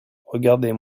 regardez